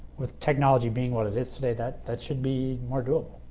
with technology being what it is today, that that should be more doable.